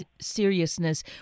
seriousness